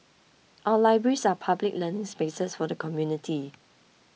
our libraries are public learning spaces for the community